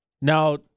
Now